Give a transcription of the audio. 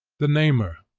the namer,